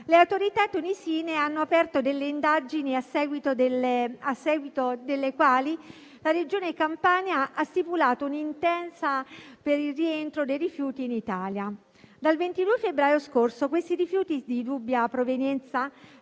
le autorità tunisine hanno aperto delle indagini a seguito delle quali la Regione Campania ha stipulato un'intesa per il rientro dei rifiuti in Italia. Dal 22 febbraio scorso questi rifiuti di dubbia provenienza